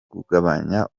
kugabanya